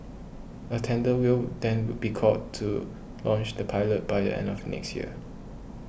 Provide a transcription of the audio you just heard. a tender will then be called to launch the pilot by the end of next year